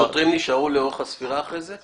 השוטרים נשארו לאורך הספירה אחרי זה?